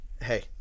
Hey